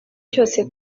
cyose